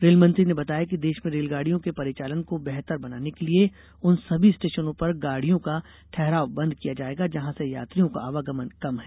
rail मंत्री ने बताया कि देश में रेलगाडियों के परिचालन को बेहतर बनाने के लिये उन सभी स्टेशनों पर गाडियो का ठहराव बंद किया जाएगा जहां से यात्रियों का आवागमन कम है